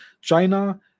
China